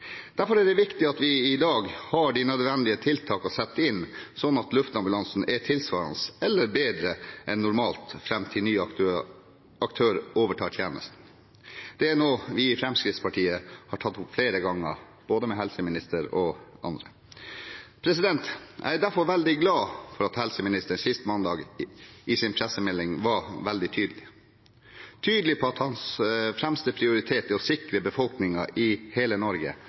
Derfor er det viktig at vi i dag har de nødvendige tiltak å sette inn, slik at tjenesten til luftambulansen er tilsvarende normal, eller bedre, fram til ny aktør overtar. Det er noe vi i Fremskrittspartiet har tatt opp flere ganger, både med helseministeren og andre. Jeg er derfor veldig glad for at helseministeren sist mandag i sin pressemelding var veldig tydelig på at hans fremste prioritet er å sikre befolkningen i hele Norge,